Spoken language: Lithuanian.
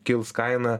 kils kaina